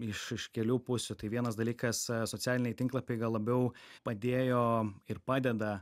iš iš kelių pusių tai vienas dalykas socialiniai tinklapiai gal labiau padėjo ir padeda